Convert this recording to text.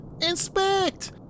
Inspect